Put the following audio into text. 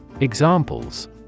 Examples